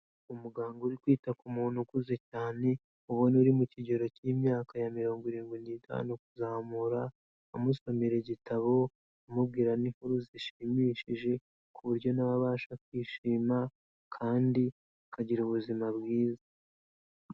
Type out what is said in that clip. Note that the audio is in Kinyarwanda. Umuganga uri kwita ku muntu ukuze cyane ubona uri mu kigero cy'imyaka ya mirongo irindwi n'itanu kuzamura, amusomera igitabo amubwira n'inkuru zishimishije ku buryo na we abasha kwishima kandi akagira ubuzima bwiza.